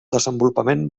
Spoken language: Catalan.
desenvolupament